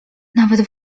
nawet